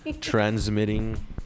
transmitting